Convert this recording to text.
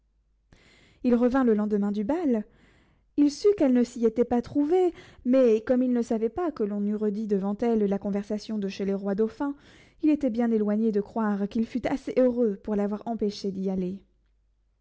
il revint le lendemain du bal il sut qu'elle ne s'y était pas trouvée mais comme il ne savait pas que l'on eût redit devant elle la conversation de chez le roi dauphin il était bien éloigné de croire qu'il fût assez heureux pour l'avoir empêchée d'y aller